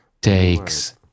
takes